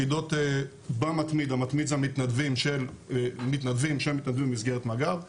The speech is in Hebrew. המתמיד אלה המתנדבים שמתנדבים במסגרת מג"ב,